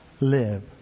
live